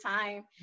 time